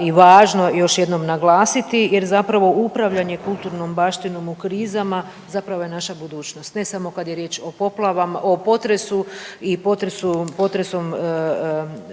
i važno još jednom naglasiti jer zapravo upravljanje kulturnom baštinom u krizama zapravo je naša budućnost, ne samo kad je riječ o potresu i potresom razorenim